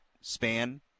span